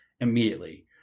immediately